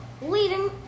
Leading